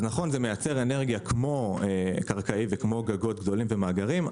נכון שזה מייצר אנרגיה כמו קרקעי וכמו גגות גדולים ומאגרים,